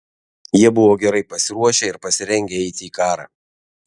jie buvo gerai pasiruošę ir pasirengę eiti į karą